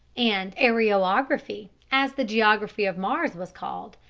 and areography as the geography of mars was called,